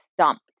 stumped